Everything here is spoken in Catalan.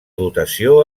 dotació